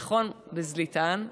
נכון, בזליתן.